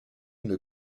une